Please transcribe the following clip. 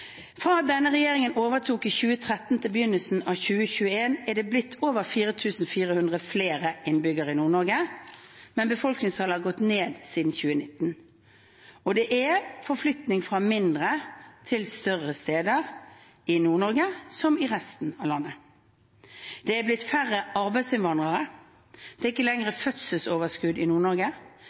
Fra denne regjeringen overtok i 2013 til begynnelsen av 2021 er det blitt over 4 400 flere innbyggere i Nord-Norge, men befolkningstallet har gått ned siden 2019, og det er forflytting fra mindre til større steder, i Nord-Norge som i resten av landet. Det er blitt færre arbeidsinnvandrere, og det er ikke lenger fødselsoverskudd i